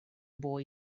boy